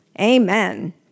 Amen